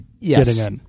Yes